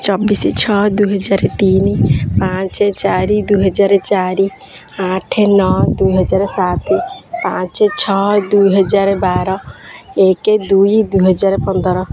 ଚବିଶ ଛଅ ଦୁଇ ହଜାର ତିନି ପାଞ୍ଚ ଚାରି ଦୁଇ ହଜାର ଚାରି ଆଠ ନଅ ଦୁଇ ହଜାର ସାତ ପାଞ୍ଚ ଛଅ ଦୁଇ ହଜାର ବାର ଏକ ଦୁଇ ଦୁଇ ହଜାର ପନ୍ଦର